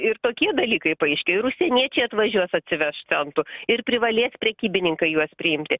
ir tokie dalykai paaiškėjo ir užsieniečiai atvažiuos atsiveš centų ir privalės prekybininkai juos priimti